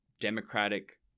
Democratic